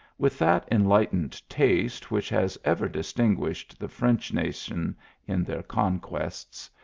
with that enlightened taste which has ever distinguished the french nation in their conquests,